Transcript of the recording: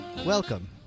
Welcome